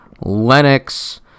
Lennox